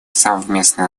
совместной